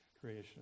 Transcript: creation